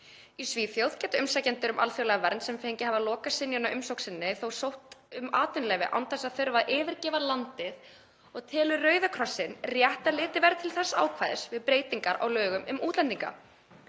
Í Svíþjóð geta umsækjendur um alþjóðlega vernd sem fengið hafa lokasynjun á umsókn sinni þó sótt um atvinnuleyfi án þess að þurfa að yfirgefa landið og telur Rauði krossinn rétt að litið verði til þess ákvæðis við breytingar á lögum um útlendinga.